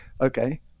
okay